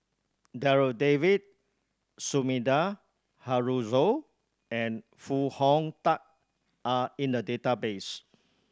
Darryl David Sumida Haruzo and Foo Hong Tatt are in the database